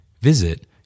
Visit